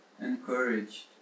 encouraged